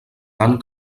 tant